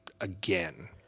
again